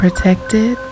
Protected